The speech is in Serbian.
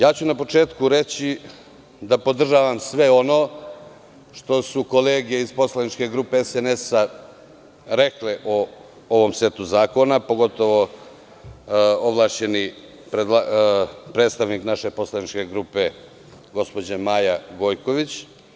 Na početku ću reći da podržavam sve ono što su kolege iz poslaničke grupe SNS rekle o ovom setu zakona, pogotovo ovlašćeni predstavnik naše poslaničke grupe, gospođa Maja Gojković.